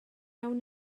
awn